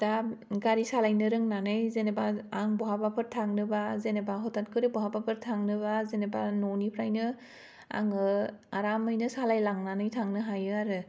दा गारि सालायनो रोंनानै जेनेबा आं बहाबाफोर थांनोबा जेनेबा हथाथखरि बहाबाफोर थांनोबा जेनेबा न'नि फ्रायनो आङो आरामैनो सालायलांनानै थांनो हायो आरो